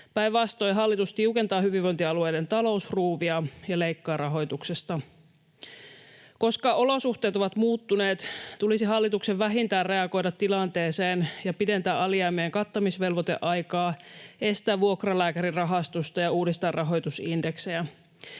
Päinvastoin hallitus tiukentaa hyvinvointialueiden talousruuvia ja leikkaa rahoituksesta. Koska olosuhteet ovat muuttuneet, tulisi hallituksen vähintään reagoida tilanteeseen ja pidentää alijäämien kattamisvelvoiteaikaa, estää vuokralääkärirahastusta ja uudistaa rahoitusindeksejä.